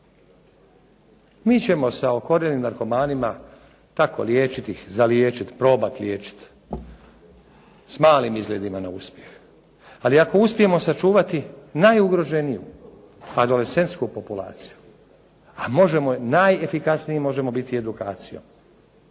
Mi ćemo sa okorjelim narkomanima tako liječiti ih, zaliječiti ih, probati liječit. S malim izgledima za uspjeh. Ali ako uspijemo sačuvati najugroženiju adolescentsku populaciju, a možemo najefikasniji biti edukacijom.